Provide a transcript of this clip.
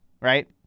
right